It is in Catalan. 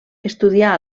estudià